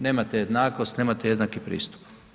Nemate jednakost, nemate jednaki pristup.